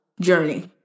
Journey